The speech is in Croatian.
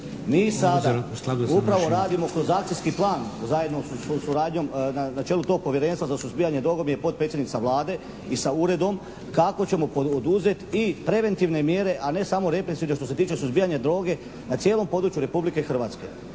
Mi sada upravo radimo kroz akcijski plan zajedno, sa suradnjom na čelu tog Povjerenstva za suzbijanje droga mi je potpredsjednica Vlade, i sa Uredom, kako ćemo poduzeti i preventivne mjere, a ne samo represivne što se tiče suzbijanja droge na cijelom području Republike Hrvatske.